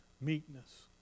meekness